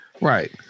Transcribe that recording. Right